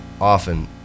often